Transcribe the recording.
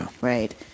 right